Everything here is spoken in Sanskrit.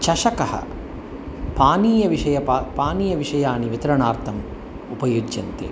चषकः पानीयविषयः पा पानीयविषयाणि वितरणार्थम् उपयुज्यते